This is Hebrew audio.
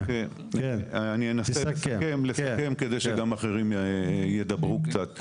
שאחרים גם ידברו קצת.